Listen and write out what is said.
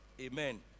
Amen